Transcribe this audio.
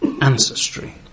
ancestry